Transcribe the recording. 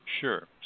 Sure